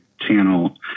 channel